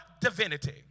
divinity